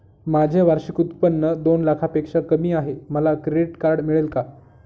माझे वार्षिक उत्त्पन्न दोन लाखांपेक्षा कमी आहे, मला क्रेडिट कार्ड मिळेल का?